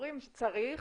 צריך,